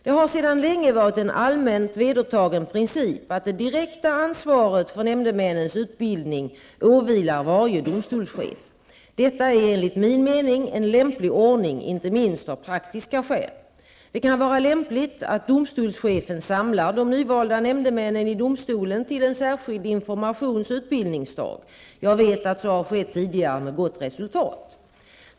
Det har sedan länge varit en allmänt vedertagen princip att det direkta ansvaret för nämndemännens utbildning åvilar varje domstolschef. Detta är enligt min mening en lämplig ordning, inte minst av praktiska skäl. Det kan vara lämpligt att domstolschefen samlar de nyvalda nämndemännen i domstolen till en särskild informations och utbildningsdag. Jag vet att så har skett tidigare med gott resultat.